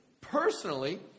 personally